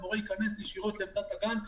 המורה ייכנס ישירות לעמדת הגן.